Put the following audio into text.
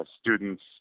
students